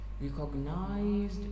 recognized